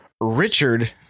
Richard